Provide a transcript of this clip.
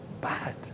bad